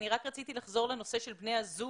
רק רציתי לחזור לנושא של בני הזוג,